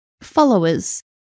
followers